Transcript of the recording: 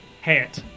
hat